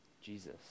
Jesus